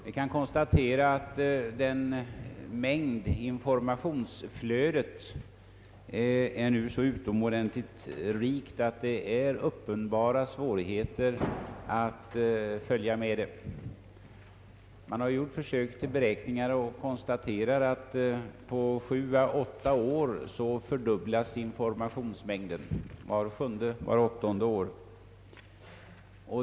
Det kan konstateras att informationsflödet nu är så utomordentligt rikt att det föreligger uppenbara svårigheter att följa med detta. Man har gjort försök till beräkningar och konstaterar att informationsmängden fördubblas vart sjunde eller åttonde år.